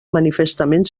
manifestament